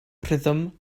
rhythm